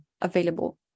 available